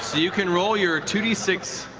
you can roll your two d six.